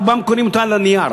רובם קונים אותה על הנייר